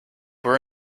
we’re